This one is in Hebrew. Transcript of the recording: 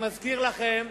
אני מזכיר לכם,